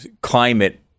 climate